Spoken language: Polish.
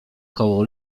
koło